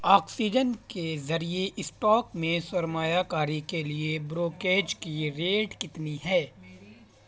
oxygen کے ذریعے stock میں سرمایہ کاری کے لیے بروکیج کی ریٹ کتنی ہے